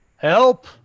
Help